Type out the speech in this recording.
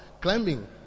climbing